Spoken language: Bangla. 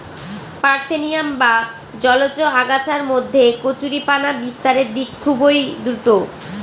পার্থেনিয়াম বা জলজ আগাছার মধ্যে কচুরিপানা বিস্তারের দিক খুবই দ্রূত